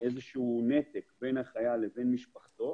איזשהו נתק בין החייל לבין משפחתו,